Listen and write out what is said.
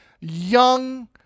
young